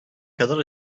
kadar